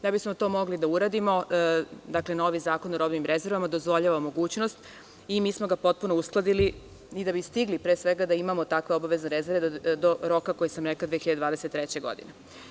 Da bismo to mogli da uradimo, novi Zakon o robnim rezervama dozvoljava mogućnost i mi smo ga potpuno uskladili, a da bi stigli da imamo takve obavezne rezerve do roka koji sam rekla, 2023. godine.